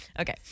Okay